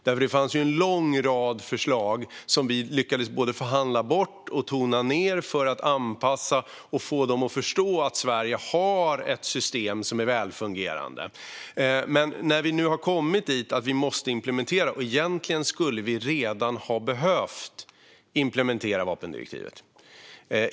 Det var en lång rad förslag som vi lyckades både förhandla bort och tona ned för att få dem att förstå att Sverige har ett system som är välfungerande. Men nu har vi kommit dithän att vi måste implementera vapendirektivet, och egentligen skulle vi redan ha behövt implementera det.